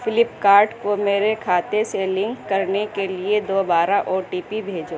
flip cart کو میرے کھاتے سے لنک کرنے کے لیے دوبارہ او ٹی پی بھیجو